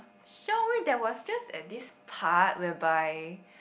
shore only there was just at this part whereby